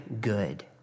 good